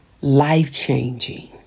life-changing